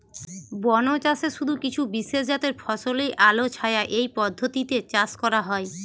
বনচাষে শুধু কিছু বিশেষজাতের ফসলই আলোছায়া এই পদ্ধতিতে চাষ করা হয়